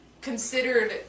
considered